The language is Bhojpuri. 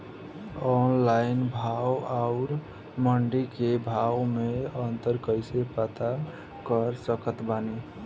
ऑनलाइन भाव आउर मंडी के भाव मे अंतर कैसे पता कर सकत बानी?